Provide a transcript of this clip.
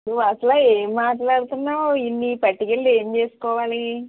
నువ్వు అసలు ఏం మాట్లాడుతున్నావు ఇన్నీ పట్టుకెళ్ళి ఎం చేసుకోవాలి